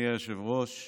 אדוני היושב-ראש,